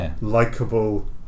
likeable